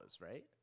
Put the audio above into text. right